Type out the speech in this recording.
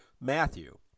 Matthew